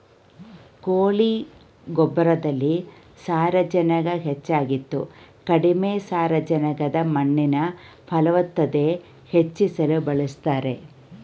ಕೋಳಿ ಗೊಬ್ಬರದಲ್ಲಿ ಸಾರಜನಕ ಹೆಚ್ಚಾಗಿದ್ದು ಕಡಿಮೆ ಸಾರಜನಕದ ಮಣ್ಣಿನ ಫಲವತ್ತತೆ ಹೆಚ್ಚಿಸಲು ಬಳಸ್ತಾರೆ